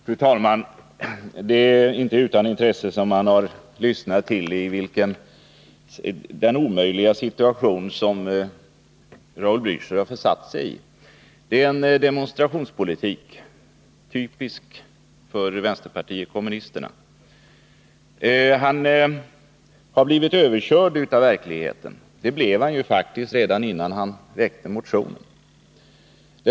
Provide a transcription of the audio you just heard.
Fru talman! Det är inte utan intresse som jag har lyssnat till denna debatt, som visar i vilken omöjlig situation Raul Blächer har försatt sig. Raul Blächer för en demonstrationspolitik, typisk för vänsterpartiet kommunisterna. Men han har blivit överkörd av verkligheten. Det blev han faktiskt redan innan han väckte motionen.